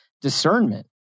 discernment